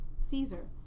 caesar